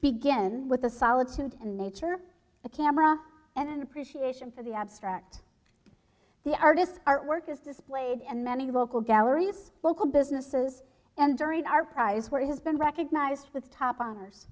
begin with the solitude and nature a camera and appreciation for the abstract the artist artwork is displayed and many local galleries local businesses and during our prize where it has been recognized with top honors